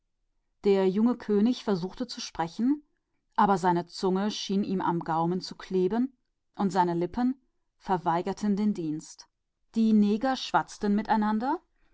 der junge könig versuchte zu reden aber ihm war als klebte ihm die zunge am gaumen und seine lippen gehorchten ihm nicht die neger schwatzten